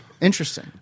Interesting